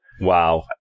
Wow